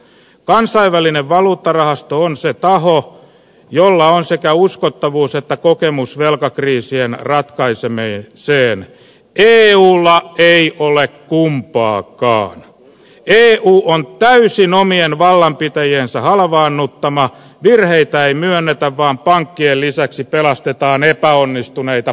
kansainvälinen valuuttarahasto on se taho jolla on sekä uskottavuus että kokemus velkakriisien ratkaisemiin se on ö eulla ei ole kumpaakaan ei kulu on täysin omien vallanpitäjiensä halvaannuttama virheitä ei myönnetä vaan pankkien lisäksi pelastetaan epäonnistuneita